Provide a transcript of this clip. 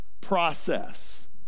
process